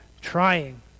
trying